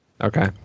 Okay